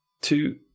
two